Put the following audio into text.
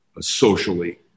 socially